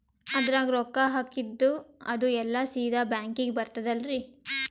ಅದ್ರಗ ರೊಕ್ಕ ಹಾಕಿದ್ದು ಅದು ಎಲ್ಲಾ ಸೀದಾ ಬ್ಯಾಂಕಿಗಿ ಬರ್ತದಲ್ರಿ?